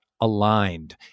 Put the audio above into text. aligned